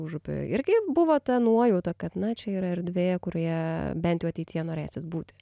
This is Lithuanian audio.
užupį irgi buvo ta nuojauta kad na čia yra erdvė kurioje bent jau ateityje norėsit būti